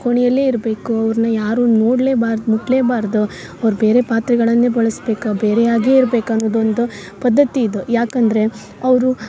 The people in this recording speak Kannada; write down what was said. ಕೋಣಿಯಲ್ಲೆ ಇರ್ಬೇಕು ಅವ್ರ್ನ ಯಾರು ನೋಡ್ಲೆಬಾರ್ದು ಮುಟ್ಲೆ ಬಾರ್ದು ಅವ್ರು ಬೇರೆ ಪಾತ್ರೆಗಳನ್ನೆ ಬಳಸ್ಬೇಕು ಬೇರೆಯಾಗೇ ಇರ್ಬೇಕು ಅನ್ನುದು ಒಂದು ಪದ್ಧತಿ ಇದು ಯಾಕಂದರೆ ಅವರು